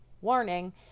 warning